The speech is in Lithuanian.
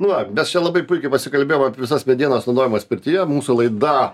nu va mes čia labai puikiai pasikalbėjom apie visas medienas naudojamas pirtyje mūsų laida